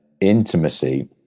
intimacy